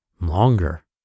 longer